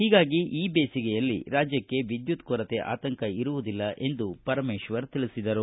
ಹೀಗಾಗಿ ಈ ಬೇಸಿಗೆಯಲ್ಲಿ ರಾಜ್ಯಕ್ಷೆ ವಿದ್ಯುತ್ ಕೊರತೆ ಆತಂಕ ಇರುವುದಿಲ್ಲ ಎಂದು ಪರಮೇಶ್ವರ್ ತಿಳಿಸಿದರು